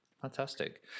Fantastic